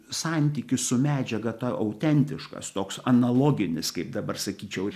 santykis su medžiaga ta autentiškas toks analoginis kaip dabar sakyčiau